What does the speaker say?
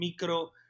micro